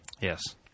Yes